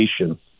education